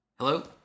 Hello